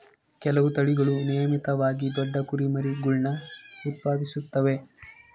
ಕೆಲವು ತಳಿಗಳು ನಿಯಮಿತವಾಗಿ ದೊಡ್ಡ ಕುರಿಮರಿಗುಳ್ನ ಉತ್ಪಾದಿಸುತ್ತವೆ